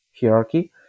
hierarchy